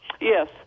Yes